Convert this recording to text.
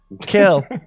kill